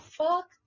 fuck